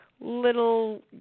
little